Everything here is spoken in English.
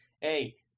hey